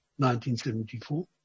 1974